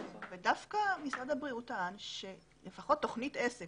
דווקא משרד הבריאות טען שלפחות תוכנית עסק